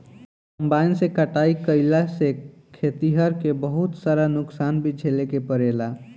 combine से कटाई कईला से खेतिहर के बहुत सारा नुकसान भी झेले के पड़ेला